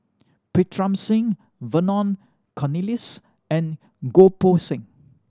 Pritam Singh Vernon Cornelius and Goh Poh Seng